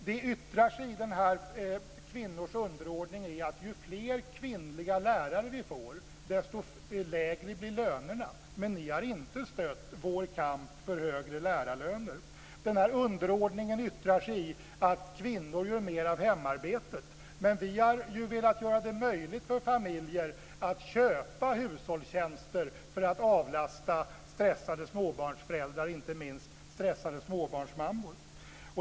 Kvinnors underordning yttrar sig i att ju fler kvinnliga lärare vi får, desto lägre blir lönerna. Men ni har inte stött vår kamp för högre lärarlöner. Den här underordningen yttrar sig i att kvinnor gör mer av hemarbetet. Vi har velat göra det möjligt för familjer att köpa hushållstjänster för att avlasta stressade småbarnsfamiljer och inte minst stressade småbarnsmammor.